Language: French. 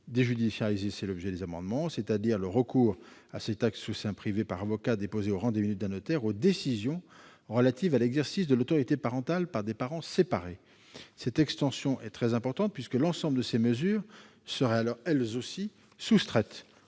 déjudiciarisé, c'est-à-dire le recours à cet acte sous seing privé contresigné par avocats déposé au rang des minutes d'un notaire, aux décisions relatives à l'exercice de l'autorité parentale par des parents séparés. Cette extension est très importante, puisque l'ensemble de ces mesures seraient alors, elles aussi, soustraites